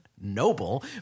noble